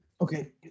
okay